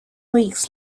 weeks